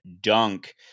dunk